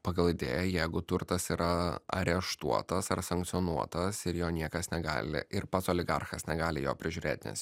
pagal idėją jeigu turtas yra areštuotas ar sankcionuotas ir jo niekas negali ir pats oligarchas negali jo prižiūrėt nes